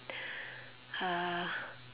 uh